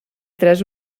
tres